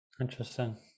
Interesting